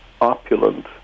opulent